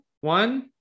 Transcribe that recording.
One